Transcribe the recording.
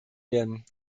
werden